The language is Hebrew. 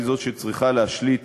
היא זאת שצריכה להשליט